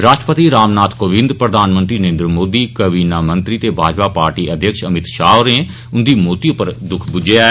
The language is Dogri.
राष्ट्रपति राम नाथ कोविन्द प्रधानमंत्री नरेन्द्र मोदी कबिना मंत्री ते भाजपा पार्टी अध्यक्ष अमित शाह होरें उंदी मौती पर दुख बुज्झेआ ऐ